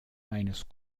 eines